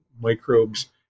microbes